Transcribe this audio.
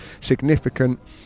significant